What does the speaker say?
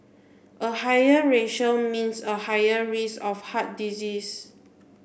a higher ratio means a higher risk of heart disease